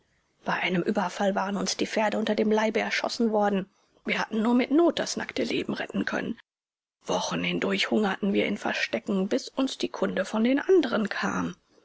bei einem überfall waren uns die pferde unter dem leibe erschossen worden wir hatten nur mit not das nackte leben retten können wochen hindurch hungerten wir in verstecken bis uns die kunde von den anderen kam